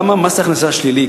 למה מס הכנסה שלילי,